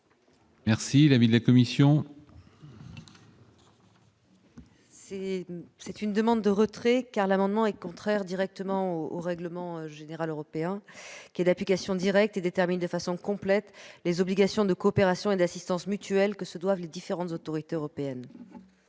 est l'avis de la commission ? La commission demande le retrait de cet amendement, contraire au règlement général européen. Celui-ci, d'application directe, détermine de façon complète les obligations de coopération et d'assistance mutuelle que se doivent les différentes autorités européennes.